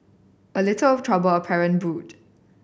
a little trouble apparent brewed